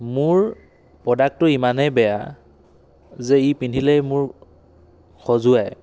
মোৰ প্ৰ'ডাক্টটো ইমানেই বেয়া যে ই পিন্ধিলেই মোৰ খজুৱায়